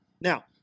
Now